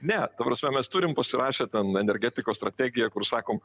ne ta prasme mes turim pasirašę ten energetikos strategiją kur sakom